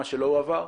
מה שלא הועבר,